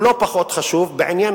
לא פחות חשוב בעיני,